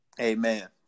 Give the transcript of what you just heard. Amen